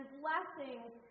blessings